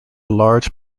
large